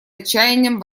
отчаянием